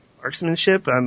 Marksmanship